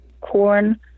corn